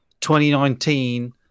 2019